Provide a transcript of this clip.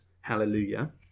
Hallelujah